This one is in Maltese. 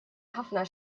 ħafna